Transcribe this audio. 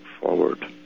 forward